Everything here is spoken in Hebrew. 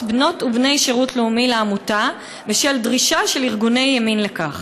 בנות ובני שירות לאומי לעמותה בשל דרישה של ארגוני ימין לכך.